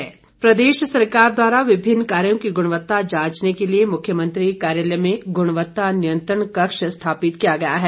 संजय कुंडु प्रदेश सरकार द्वारा विभिन्न कार्यों की गुणवत्ता जांचने के लिए मुख्यमंत्री कार्यालय में गुणवत्ता नियंत्रण कक्ष स्थापित किया गया है